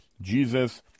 Jesus